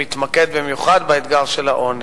שמתמקד במיוחד באתגר של העוני.